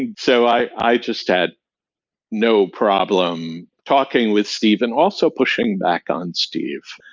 and so, i i just had no problem talking with steve, and also pushing back on steve.